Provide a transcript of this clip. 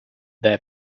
their